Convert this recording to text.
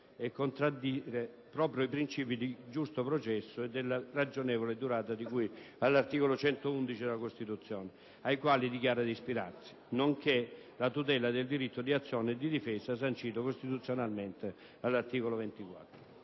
e contraddire proprio i principi del giusto processo e della ragionevole durata di cui all'articolo 111 della Costituzione, ai quali dichiara di ispirarsi, nonché la tutela del diritto di azione e di difesa sancito costituzionalmente all'articolo 24.